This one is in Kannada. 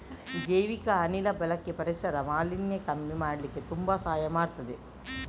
ಜೈವಿಕ ಅನಿಲ ಬಳಕೆ ಪರಿಸರ ಮಾಲಿನ್ಯ ಕಮ್ಮಿ ಮಾಡ್ಲಿಕ್ಕೆ ತುಂಬಾ ಸಹಾಯ ಮಾಡ್ತದೆ